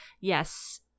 yes